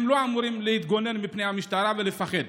הם לא אמורים להתגונן מפני המשטרה ולפחד.